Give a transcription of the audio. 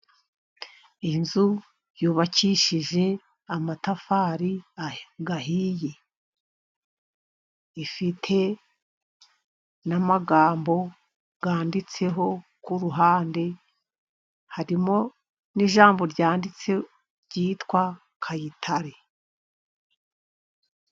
Inzu yubakishije amatafari ahiye . Ifite n'amagambo yanditseho ku ruhande, harimo n'ijambo ryanditse ryitwa Kayitare.